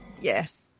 Yes